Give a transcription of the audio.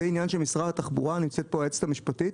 זה עניין של משרד התחבורה ונמצאת פה היועצת המשפטית